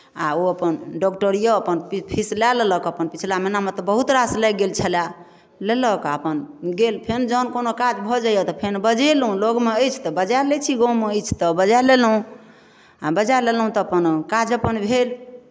आ ओ अपन डॉक्टर यए अपन फीस लए लेलक अपन पछिला महिनामे तऽ बहुत रास लागि गेल छलय लेलक आ अपन गेल फेर जखन कोनो काज भऽ जाइए तऽ फेर बजेलहुँ लगमे अछि तऽ बजाए लै छी गाँवमे अछि तऽ बजाए लेलहुँ आ बजाए लेलहुँ तऽ अपन काज अपन भेल